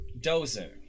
Dozer